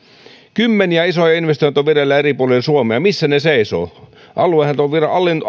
kymmeniä isoja investointeja on vireillä eri puolilla suomea missä ne seisovat aluehallintovirastossa on